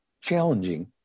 challenging